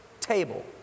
table